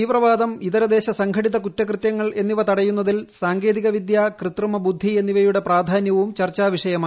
തീവ്രവാദം ഇതരദേശ സംഘടിത കുറ്റകൃത്യങ്ങൾ എന്നിവ തടയുന്നതിൽ സാങ്കേതികവിദൃ കൃത്രിമ ബുദ്ധി എന്നിവയുടെ പ്രാധാനൃവും ചർച്ചാവിഷയമായി